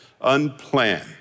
unplanned